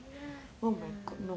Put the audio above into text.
ya sia